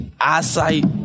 Eyesight